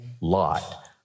lot